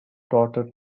daughter